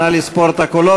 נא לספור את הקולות.